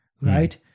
right